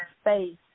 space